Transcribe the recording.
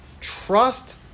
trust